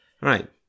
Right